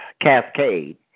cascade